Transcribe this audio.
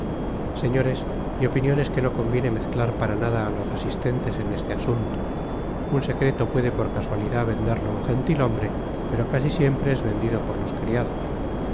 señores mi opinion es que no conviene mezclar para nada á los asistentes en este asunto un secreto puede por casualidad venderlo un gentithombre pero casi siempre es vendido por los criados